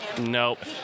nope